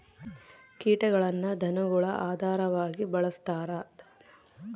ಕೀಟಗಳನ್ನ ಧನಗುಳ ಆಹಾರವಾಗಿ ಬಳಸ್ತಾರ